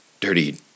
Dirty